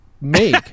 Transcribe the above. Make